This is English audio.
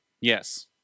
Yes